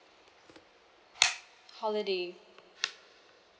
holiday